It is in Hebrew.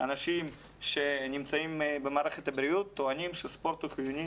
אנשים שנמצאים במערכת הבריאות טוענים שספורט הוא חיוני,